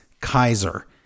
Kaiser